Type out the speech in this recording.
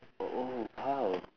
oh !wow!